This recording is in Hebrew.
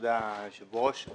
תודה היושב ראש.